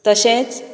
तशेंच